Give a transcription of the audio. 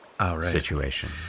situation